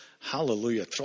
Hallelujah